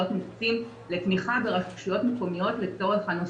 מוקצים לתמיכה ברשויות מקומיות לצורך הנושא.